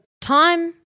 time